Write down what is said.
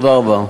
תודה רבה.